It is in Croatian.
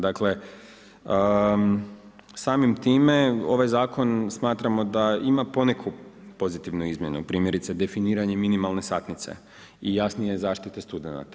Dakle, samim time ovaj zakon smatramo da ima poneku pozitivnu izmjenu, primjerice definiranje minimalne satnice i jasnije zaštite studenata.